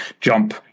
jump